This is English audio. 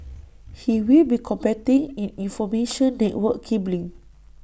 he will be competing in information network cabling